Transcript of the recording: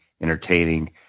entertaining